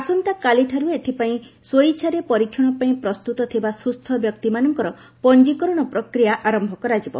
ଆସନ୍ତା କାଲିଠାରୁ ଏଥିପାଇଁ ସ୍ୱଇଚ୍ଛାରେ ପରୀକ୍ଷଣ ପାଇଁ ପ୍ରସ୍ତୁତ ଥିବା ସୁସ୍ଥ ବ୍ୟକ୍ତିମାନଙ୍କର ପଞ୍ଜିକରଣ ପ୍ରକ୍ରିୟା ଆରମ୍ଭ କରାଯିବ